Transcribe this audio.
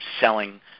selling